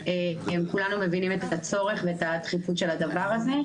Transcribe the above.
כולנו מבינים את הצורך ואת הדחיפות של הדבר הזה.